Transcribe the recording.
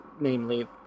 namely